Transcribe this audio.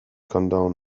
condone